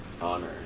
honor